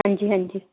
ਹਾਂਜੀ ਹਾਂਜੀ